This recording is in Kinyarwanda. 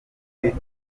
turiko